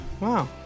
Wow